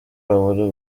habura